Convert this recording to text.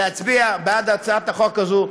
להצביע בעד הצעת החוק הזאת.